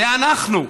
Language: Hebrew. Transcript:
זה אנחנו.